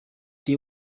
they